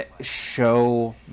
show